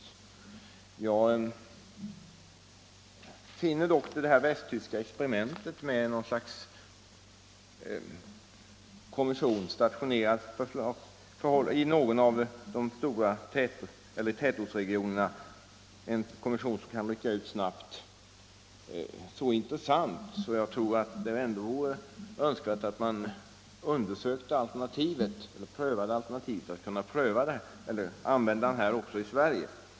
Jag finner dock det västtyska experimentet med något slags kommission, stationerad i någon av tätortsregionerna — en kommission som kan rycka ut snabbt — så intressant att det ändå vore önskvärt att överväga att pröva det alternativet också i Sverige.